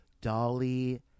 Dolly